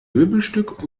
möbelstück